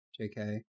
JK